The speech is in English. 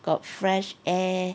got fresh air